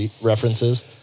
references